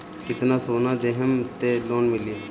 कितना सोना देहम त लोन मिली?